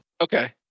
Okay